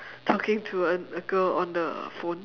talking to a girl on the phone